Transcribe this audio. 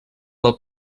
del